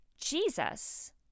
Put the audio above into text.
Jesus